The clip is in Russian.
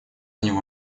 него